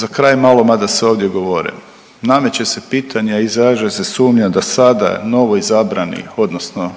Za kraj malo, mada se ovdje govore nameće se pitanje, izražava se sumnja da sada novoizabrani odnosno